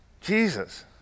Jesus